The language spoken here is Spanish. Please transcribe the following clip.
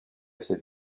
ese